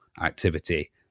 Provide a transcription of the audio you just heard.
Activity